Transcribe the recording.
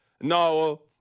No